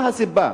מה הסיבה,